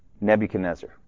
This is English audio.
Nebuchadnezzar